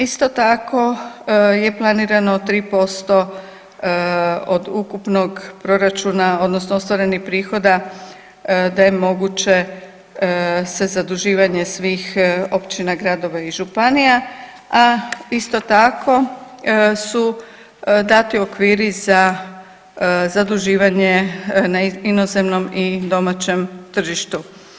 Isto tako je planirano 3% od ukupnog proračuna odnosno ostvarenih prihoda da je moguće se zaduživanje svih općina, gradova i županija, a isto tako su dati okviri za zaduživanje na inozemnom i domaćem tržištu.